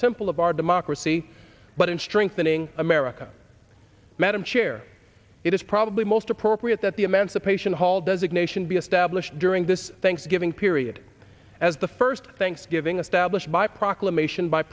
temple of our democracy but in strengthening america madam chair it is probably most appropriate that the emancipation hall designation be established during this thanksgiving period as the first thanksgiving established by proclamation by